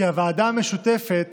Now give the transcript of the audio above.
כי הוועדה המשותפת